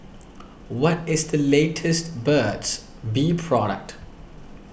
what is the latest Burt's Bee product